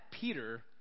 Peter